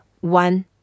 one